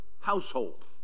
household